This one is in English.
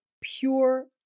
pure